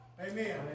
Amen